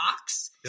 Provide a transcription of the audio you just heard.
box